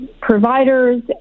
providers